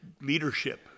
leadership